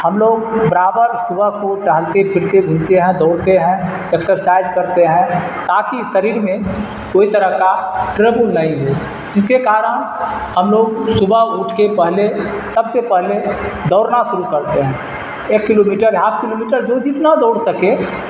ہم لوگ برابر صبح کو ٹہلتے پھرتے گھومتے ہیں دوڑتے ہیں ایکسرسائج کرتے ہیں تاکہ شریر میں کوئی طرح کا ٹربل نہیں ہو جس کے کارن ہم لوگ صبح اٹھ کے پہلے سب سے پہلے دوڑنا شروع کرتے ہیں ایک kilometre half kilometre جو جتنا دوڑ سکے